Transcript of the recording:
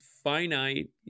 finite